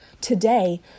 today